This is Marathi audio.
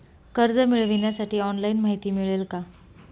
कर्ज मिळविण्यासाठी ऑनलाइन माहिती मिळेल का?